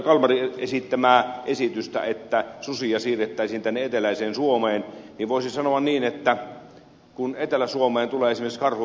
kalmarin esittämää susien siirtämistä eteläiseen suomeen niin kun etelä suomeen tulee esimerkiksi karhu vaikka ed